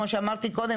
כמו שאמרתי קודם,